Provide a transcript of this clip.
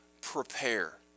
prepare